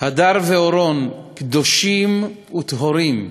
הדר ואורון קדושים וטהורים,